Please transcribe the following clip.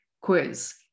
quiz